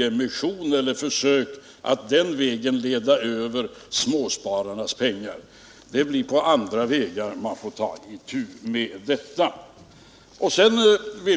eventuellt försök att via nyemission leda över småspararnas pengar dit. Det blir på andra vägar man får ta itu med detta problem.